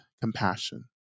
compassion